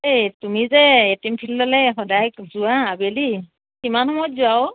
এই তুমি যে এ টিম ফিল্ডলৈ সদায় যোৱা আবেলি কিমান সময়ত যোৱা অঁ